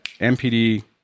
MPD